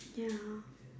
ya